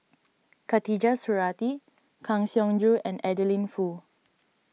Khatijah Surattee Kang Siong Joo and Adeline Foo